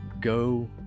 go